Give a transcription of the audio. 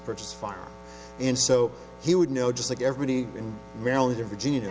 purchase fire in so he would know just like everybody in maryland or virginia